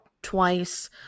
Twice